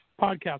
podcast